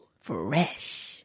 Fresh